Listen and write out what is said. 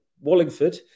Wallingford